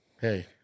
hey